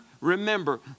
remember